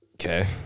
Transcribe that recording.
Okay